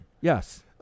Yes